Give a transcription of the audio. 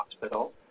hospital